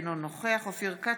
אינו נוכח אופיר כץ,